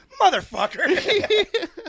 motherfucker